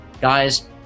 Guys